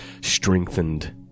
strengthened